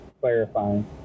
Clarifying